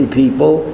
people